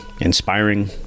inspiring